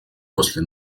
после